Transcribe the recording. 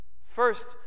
First